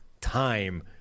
time